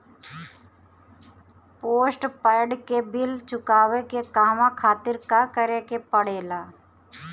Postpaid के bill चुकावे के कहवा खातिर का करे के पड़ें ला?